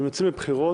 אם יוצאים לבחירות,